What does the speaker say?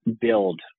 build